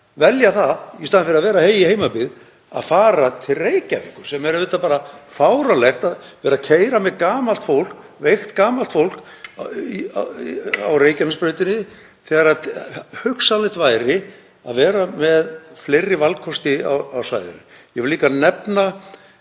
velja það í staðinn fyrir að vera í heimabyggð að fara til Reykjavíkur, sem er auðvitað bara fáránlegt, að vera að keyra með veikt gamalt fólk á Reykjanesbrautinni þegar hugsanlegt væri að vera með fleiri valkosti á svæðinu. Ég vil líka nefna